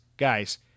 Guys